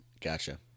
Gotcha